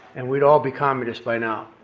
and we'd all be communists by now.